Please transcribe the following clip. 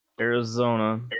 Arizona